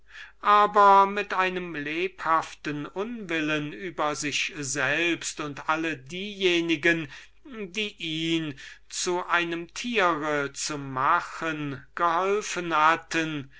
aber er erfuhr mit einem lebhaften unwillen über sich selbst und alle diejenigen welche ihn zu einem tier zu machen geholfen hatten